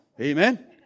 Amen